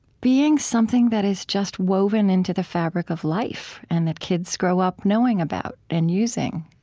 being something that is just woven into the fabric of life, and that kids grow up knowing about and using.